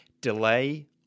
delay